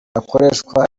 akoreshwa